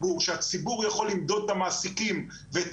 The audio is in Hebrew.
שהציבור יכול למדוד את המעסיקים ואת